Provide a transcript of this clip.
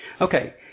Okay